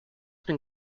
been